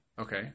Okay